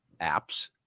apps